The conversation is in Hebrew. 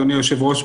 אדוני היושב-ראש,